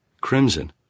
Crimson